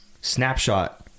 snapshot